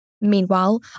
Meanwhile